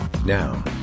Now